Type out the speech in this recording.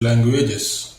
languages